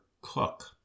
cook